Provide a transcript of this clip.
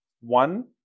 one